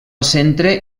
centre